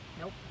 Nope